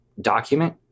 document